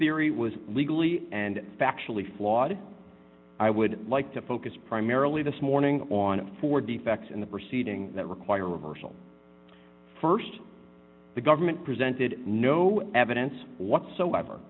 theory was legally and factually flawed i would like to focus primarily this morning on four defects in the proceeding that require reversal st the government presented no evidence whatsoever